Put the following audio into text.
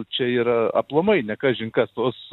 čia yra aplamai ne kažin kas tos